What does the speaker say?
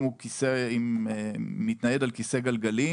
אם הוא מתנייד על כיסא גלגלים